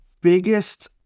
biggest